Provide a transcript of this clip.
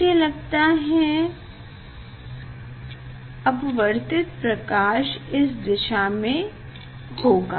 मुझे लगता है अपवर्तित प्रकाश इस दिशा में होगा